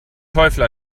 teufel